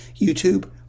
YouTube